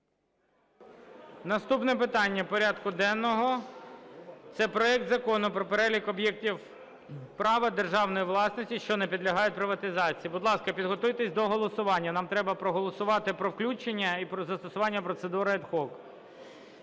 Наступне питання порядку денного – це проект Закону про перелік об'єктів права державної власності, що не підлягають приватизації. Будь ласка, підготуйтесь до голосування. Нам треба проголосувати про включення і про застосування процедури ad hoc,